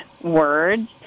words